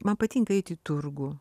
man patinka eiti į turgų